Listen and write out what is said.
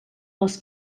les